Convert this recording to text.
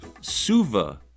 Suva